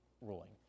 ruling